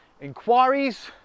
inquiries